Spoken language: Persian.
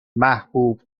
محبوب